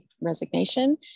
resignation